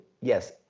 Yes